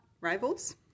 rivals